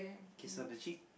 kiss her the cheek